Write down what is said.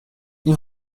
این